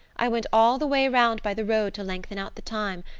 i went all the way around by the road to lengthen out the time.